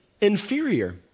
inferior